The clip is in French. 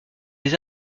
des